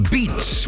Beats